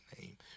name